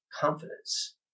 confidence